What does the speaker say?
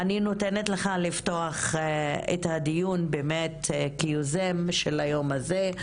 אני נותנת לך לפתוח את הדיון כיוזם של היום הזה,